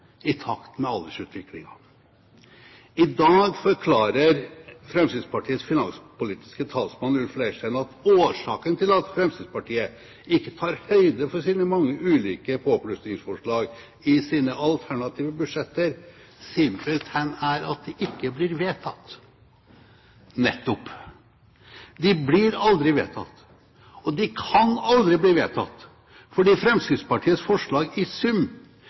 i takt med aldersutviklingen. I dag forklarer Fremskrittspartiets finanspolitiske talsmann, Ulf Leirstein, at årsaken til at Fremskrittspartiet ikke tar høyde for sine mange ulike påplussingsforslag i sine alternative budsjetter, simpelthen er at de ikke blir vedtatt. Nettopp. De blir aldri vedtatt, og de kan aldri bli vedtatt, fordi Fremskrittspartiets forslag i sum